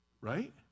right